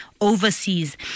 overseas